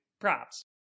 props